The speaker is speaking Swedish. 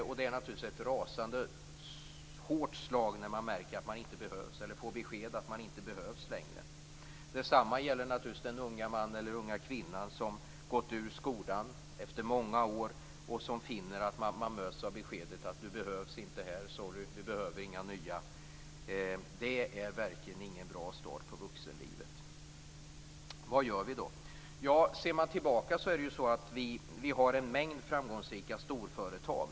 Det är då naturligtvis ett rasande hårt slag om man får beskedet att man inte behövs längre. Detsamma gäller den unga mannen eller den unga kvinnan som har gått ut skolan efter många år och som möts av beskedet: Sorry, du behövs inte här. Det är verkligen ingen bra start på vuxenlivet. Vad gör vi då? Ser man tillbaka finner man att det finns en mängd framgångsrika storföretag.